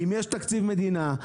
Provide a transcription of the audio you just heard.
אם יש תקציב מדינה,